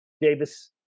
Davis